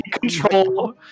control